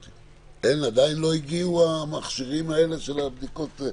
עדיין לא הגיעו המכשירים האלו של הבדיקות,